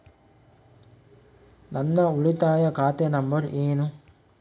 ನನ್ನ ಉಳಿತಾಯ ಖಾತೆ ನಂಬರ್ ಏನು?